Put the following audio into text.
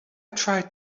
tried